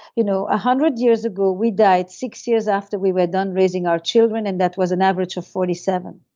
you know a one hundred years ago, we die six years after we were done raising our children and that was an average of forty seven.